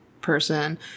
person